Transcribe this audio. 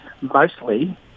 mostly